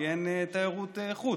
כי אין תיירות חוץ.